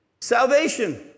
Salvation